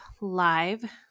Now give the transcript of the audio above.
live